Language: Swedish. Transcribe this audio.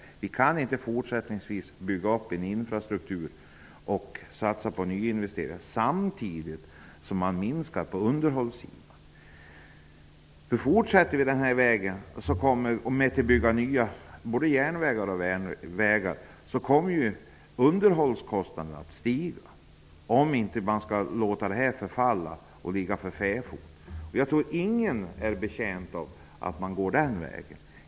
Vi kan inte fortsättningsvis bygga upp en infrastruktur och satsa på nyinvesteringar samtidigt som vi minskar anslagen på underhållssidan. Fortsätter vi att på detta sätt bygga nya järnvägar och vägar, kommer ju underhållskostnaderna att stiga, om vi inte skall låta järnvägarna och vägarna förfalla och ligga för fäfot. Jag tror ingen är betjänt av att man går den vägen.